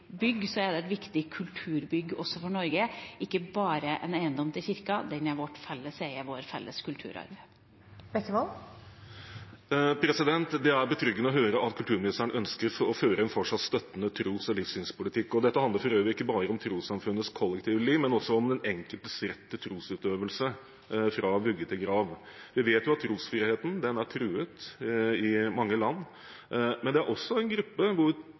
bygg, er det et viktig kulturbygg også for Norge, ikke bare en eiendom for Kirken. Den er vårt felles eie, vår felles kulturarv. Det blir oppfølingsspørsmål – først Geir Jørgen Bekkevold. Det er betryggende å høre at kulturministeren ønsker å føre en fortsatt støttende tros- og livssynspolitikk. Dette handler for øvrig ikke bare om trossamfunnenes kollektive liv, men også om den enkeltes rett til trosutøvelse fra vugge til grav. Vi vet at trosfriheten er truet i mange land, men det er også en gruppe her til lands hvor